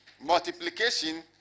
Multiplication